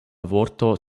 vorto